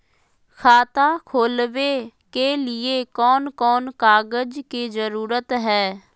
खाता खोलवे के लिए कौन कौन कागज के जरूरत है?